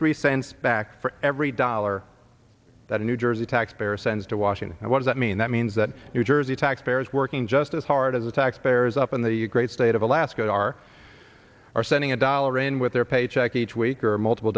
three cents back for every dollar that a new jersey taxpayer sends to washington and what does that mean that means that new jersey taxpayers working just as hard as the taxpayers up in the great state of alaska are are sending a dollar in with their paycheck each week or multiple